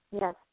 Yes